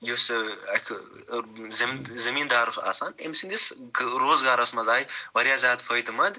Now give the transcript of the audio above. یُس ٲں اکھ زٔمیٖندار اوس آسان تہٕ أمۍ سٕنٛدِس روزگارَس منٛز آیہِ واریاہ زیادٕ فٲیدٕ مَنٛد